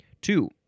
Two